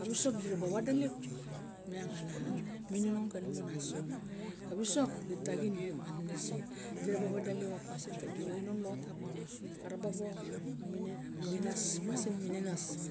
A wisok diraba wade lep miang ara mininong kaninu nasion a wisok di taxin ma ninese diraba wade lep a pasim tanim moxo inom ka loxo tap kara ba bo mininas a psin mininas